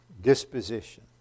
disposition